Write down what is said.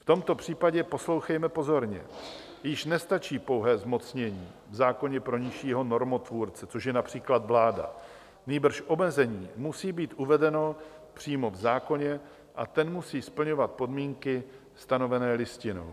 V tomto případě poslouchejme pozorně již nestačí pouhé zmocnění v zákoně pro nižšího normotvůrce, což je například vláda, nýbrž omezení musí být uvedeno přímo v zákoně a ten musí splňovat podmínky stanovené Listinou.